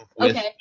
Okay